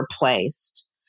replaced